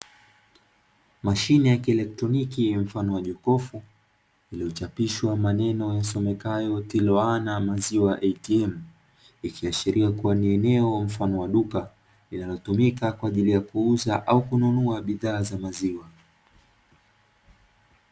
Mashine ya kielektroniki mfano wa jokofu lililochapishwa maneno yasomekayo ¨Tiloan maziwa ATM¨ ikiashiria ni eneo mfano wa duka linalotumika kwa ajili ya kuuza au kununua bidhaa za maziwa.